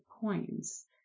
coins